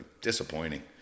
disappointing